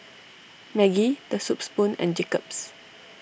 Maggi the Soup Spoon and Jacob's